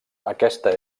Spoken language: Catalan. aquesta